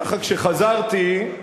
ככה כשחזרתי,